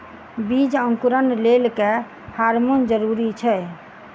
बीज अंकुरण लेल केँ हार्मोन जरूरी छै?